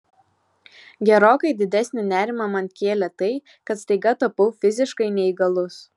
gerokai didesnį nerimą man kėlė tai kad staiga tapau fiziškai neįgalus